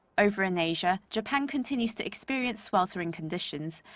over in asia, japan continues to experience sweltering conditions,